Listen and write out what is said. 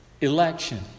election